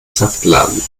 saftladen